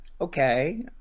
okay